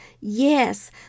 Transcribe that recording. Yes